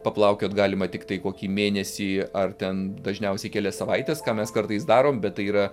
paplaukiot galima tiktai kokį mėnesį ar ten dažniausiai kelias savaites ką mes kartais darom bet tai yra